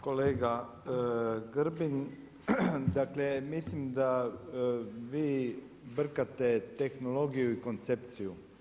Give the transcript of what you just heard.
Kolega Grbin, dakle mislim da vi brkate tehnologiju i koncepciju.